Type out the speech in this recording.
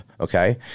Okay